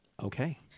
Okay